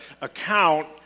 account